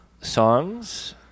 songs